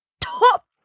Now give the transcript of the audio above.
top